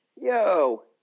yo